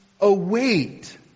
await